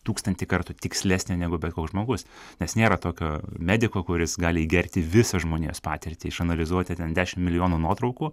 tūkstantį kartų tikslesnė negu bet koks žmogus nes nėra tokio mediko kuris gali įgerti visą žmonijos patirtį išanalizuoti ten dešimt milijonų nuotraukų